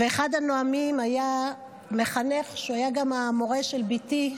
ואחד הנואמים היה מחנך שהיה גם המורה של ביתי,